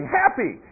happy